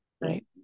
Right